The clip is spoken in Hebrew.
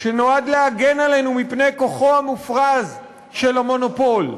שנועד להגן עלינו מפני כוחו המופרז של המונופול.